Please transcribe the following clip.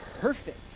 perfect